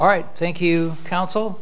all right thank you counsel